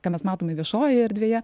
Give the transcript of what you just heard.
ką mes matome viešojoje erdvėje